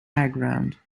background